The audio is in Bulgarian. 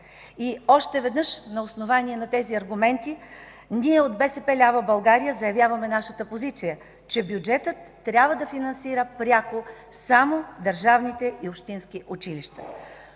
Още веднъж, на основание на тези аргументи, ние от „БСП лява България” заявяваме нашата позиция, че бюджетът трябва да финансира пряко само държавните и общински училища.